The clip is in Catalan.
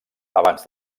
abans